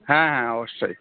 হ্যাঁ হ্যাঁ অবশ্যই